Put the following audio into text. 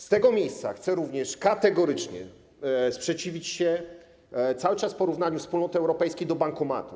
Z tego miejsca chcę również kategorycznie sprzeciwić się cały czas porównywaniu Wspólnoty Europejskiej do bankomatu.